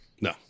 No